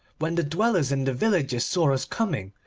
when the dwellers in the villages saw us coming,